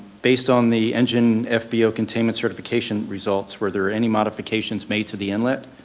based on the engine fbo containment certification results, were there any modifications made to the inlet?